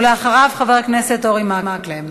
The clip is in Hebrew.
אחריו, חבר הכנסת אורי מקלב.